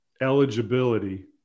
eligibility